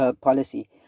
policy